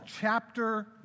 chapter